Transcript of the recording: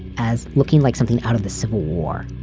as looking like something out of the civil war.